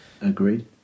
Agreed